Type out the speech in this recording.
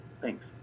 Thanks